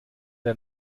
der